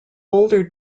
older